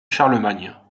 charlemagne